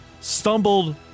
stumbled